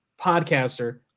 podcaster